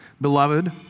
Beloved